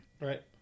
Right